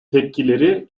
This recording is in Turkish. tepkileri